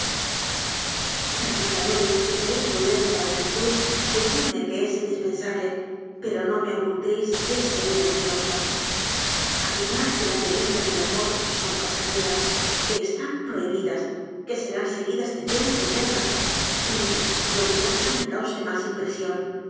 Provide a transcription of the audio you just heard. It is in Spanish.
predicadores que queréis volverme a la virtud decidme que es indispensable pero no me ocultéis que es severa y penosa afirmad que las delicias del amor son pasajeras que están prohibidas que serán seguidas de penas eternas ylo que quizá me cause más impresiónque